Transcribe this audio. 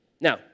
Now